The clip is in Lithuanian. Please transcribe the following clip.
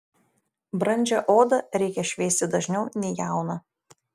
brandžią odą reikia šveisti dažniau nei jauną